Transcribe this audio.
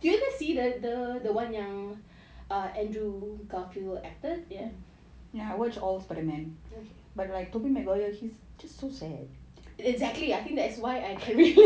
did you just see the the the one yang uh andrew garfield acted ya ya watch all spiderman exactly I think that's why I think